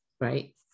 right